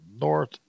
north